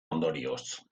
ondorioz